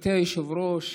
גברתי היושבת-ראש,